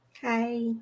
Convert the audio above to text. Hi